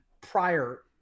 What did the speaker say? prior